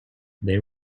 they